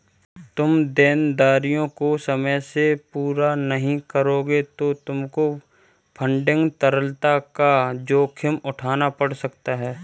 तुम देनदारियों को समय से पूरा नहीं करोगे तो तुमको फंडिंग तरलता का जोखिम उठाना पड़ सकता है